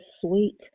sweet